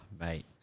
mate